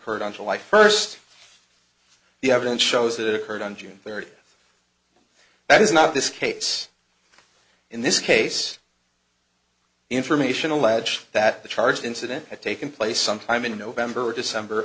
heard on july first the evidence shows that it occurred on june third that is not this case in this case information allege that the charge incident had taken place sometime in november or december